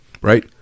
right